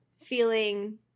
feeling